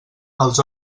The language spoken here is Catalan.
els